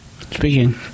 Speaking